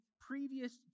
previous